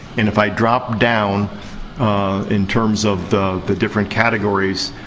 and if i drop down in terms of the the different categories,